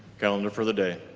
calendar for the day.